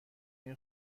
این